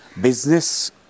business